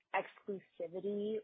exclusivity